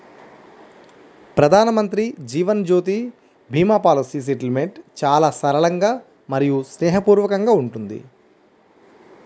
ప్రధానమంత్రి Jeevan Jyoti Bima policy settlement చాలా సరళంగా మరియు స్నేహపూర్వకంగా ఉంటుంది